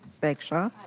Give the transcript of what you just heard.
bagshaw. aye.